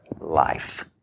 life